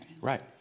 Right